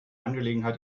angelegenheit